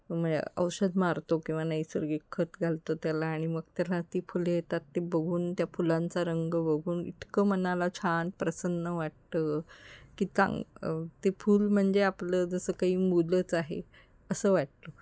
म्हणजे औषध मारतो किंवा नैसर्गिक खत घालतो त्याला आणि मग त्याला ती फुले येतात ते बघून त्या फुलांचा रंग बघून इतकं मनाला छान प्रसन्न वाटतं की तां ते फूल म्हणजे आपलं जसं काही मुलंच आहे असं वाटतं